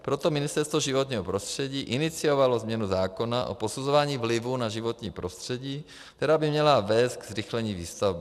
Proto Ministerstvo životního prostředí iniciovalo změnu zákona o posuzování vlivů na životní prostředí, která by měla vést ke zrychlení výstavby.